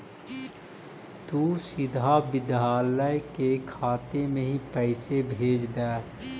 तु सीधा विद्यालय के खाते में ही पैसे भेज द